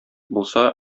булса